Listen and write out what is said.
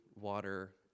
water